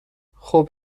خوب